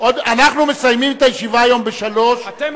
אנחנו מסיימים את הישיבה היום ב-15:00,